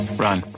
Run